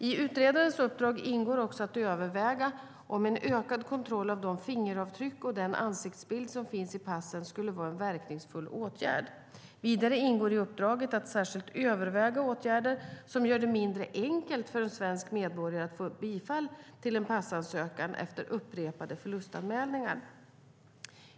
I utredarens uppdrag ingår också att överväga om en ökad kontroll av de fingeravtryck och den ansiktsbild som finns i passen skulle vara en verkningsfull åtgärd. Vidare ingår i uppdraget att särskilt överväga åtgärder som gör det mindre enkelt för en svensk medborgare att få bifall till en passansökan efter upprepade förlustanmälningar.